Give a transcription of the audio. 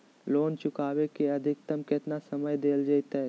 Loan चुकाबे के अधिकतम केतना समय डेल जयते?